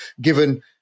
given